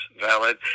valid